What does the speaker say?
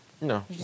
No